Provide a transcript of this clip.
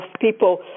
people